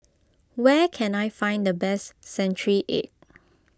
where can I find the best Century Egg